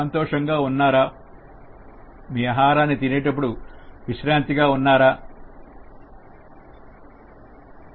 సంతోషంగా ఉన్నారా మీరు ఆహారాన్ని తినేటప్పుడు రిలాక్స్ గా ఉన్నారా